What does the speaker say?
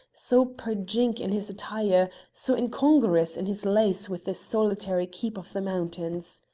so perjink in his attire, so incongruous in his lace with this solitary keep of the mountains.